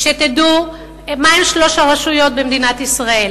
שתדעו מהן שלוש הרשויות במדינת ישראל,